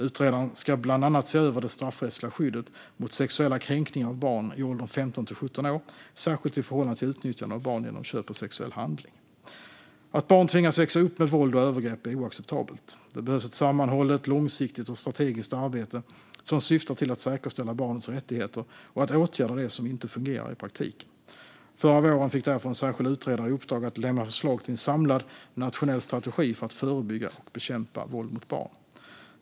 Utredaren ska bland annat se över det straffrättsliga skyddet mot sexuella kränkningar av barn i åldern 15-17 år, särskilt i förhållande till utnyttjande av barn genom köp av sexuell handling. Att barn tvingas växa upp med våld och övergrepp är oacceptabelt. Det behövs ett sammanhållet, långsiktigt och strategiskt arbete som syftar till att säkerställa barnets rättigheter och att åtgärda det som inte fungerar i praktiken. Förra våren fick därför en särskild utredare i uppdrag att lämna förslag till en samlad nationell strategi för att förebygga och bekämpa våld mot barn.